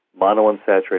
monounsaturated